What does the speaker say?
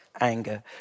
anger